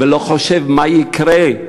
ולא חושב מה יקרה,